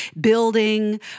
Building